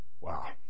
wow